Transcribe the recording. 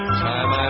time